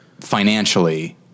financially